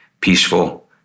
peaceful